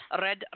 Red